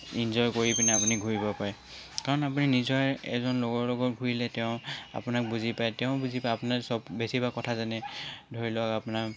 enjoy কৰি পিনে আপুনি ঘূৰিব পাৰে কাৰণ আপুনি নিজৰ এজন লগৰ লগত ঘূৰিলে তেওঁ আপোনাক বুজি পায় তেওঁ বুজি পায় আপোনাৰ চব বেছিভাগ কথা জানে ধৰি লওক আপোনাৰ